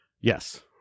Yes